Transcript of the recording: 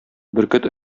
бөркет